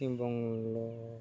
Paschim Bangla